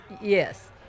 Yes